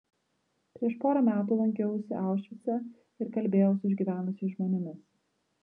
prieš porą metų lankiausi aušvice ir kalbėjau su išgyvenusiais žmonėmis